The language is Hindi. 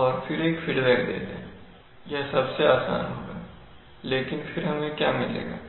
और फिर एक फीडबैक दे दें यह सबसे आसान होगा लेकिन फिर हमें क्या मिलेगा